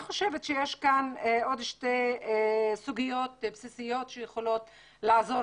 יש כאן עוד שתי סוגיות בסיסיות שיכולות לעזור